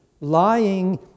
lying